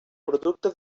producte